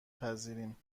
پذیریم